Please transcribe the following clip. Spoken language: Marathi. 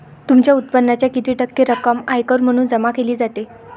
तुमच्या उत्पन्नाच्या किती टक्के रक्कम आयकर म्हणून जमा केली जाते?